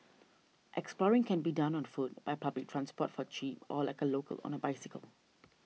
exploring can be done on foot by public transport for cheap or like a local on a bicycle